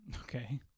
Okay